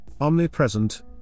omnipresent